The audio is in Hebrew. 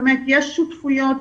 יש שותפויות,